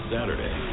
Saturday